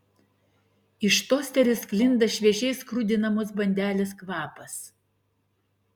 iš tosterio sklinda šviežiai skrudinamos bandelės kvapas